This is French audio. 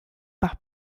par